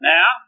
Now